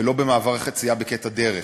ולא במעברי חצייה בקטע דרך.